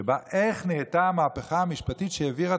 שבו איך נהייתה המהפכה המשפטית שהעבירה